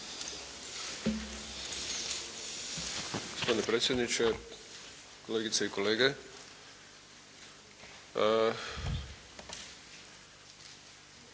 Hvala vam